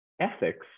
ethics